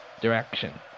direction